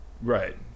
Right